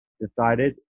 decided